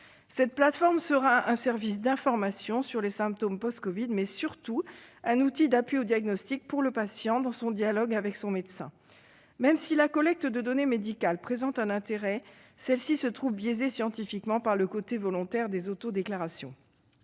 Cette plateforme sera non seulement un service d'information dédié aux symptômes post-covid, mais surtout un outil d'appui au diagnostic pour le patient dans son dialogue avec son médecin. Même si la collecte de données médicales présente un intérêt, elle se trouve biaisée scientifiquement par le caractère volontaire des auto-déclarations.